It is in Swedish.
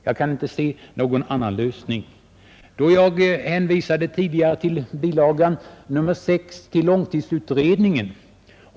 Jag kan inte se någon annan lösning. Jag hänvisade tidigare till bilaga 6 i långtidsutredningen.